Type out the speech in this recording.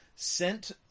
Sent